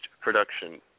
production